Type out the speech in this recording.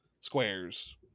squares